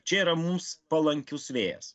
čia yra mums palankius vėjas